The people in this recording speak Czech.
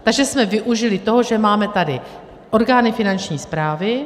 Takže jsme využili toho, že máme tady orgány Finanční správy.